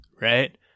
right